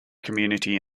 community